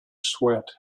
sweat